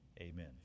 amen